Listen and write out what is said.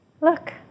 Look